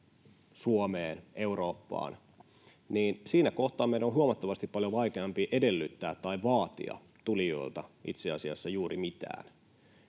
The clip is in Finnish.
Suomeen, Eurooppaan, niin siinä kohtaa meidän on huomattavasti, paljon vaikeampi edellyttää tai vaatia tulijoilta itse asiassa juuri mitään.